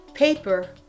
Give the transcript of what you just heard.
Paper